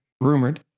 rumored